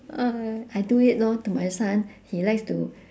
uh I do it lor to my son he likes to